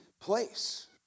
place